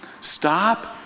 Stop